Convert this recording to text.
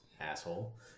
Asshole